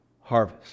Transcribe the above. harvest